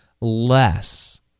less